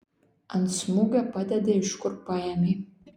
ant smūgio padedi iš kur paėmei